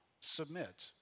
submit